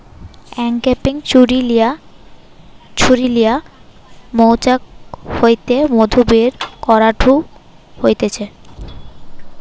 uncapping ছুরি লিয়া মৌচাক হইতে মধু বের করাঢু হতিছে